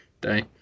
day